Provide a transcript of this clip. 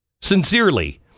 Sincerely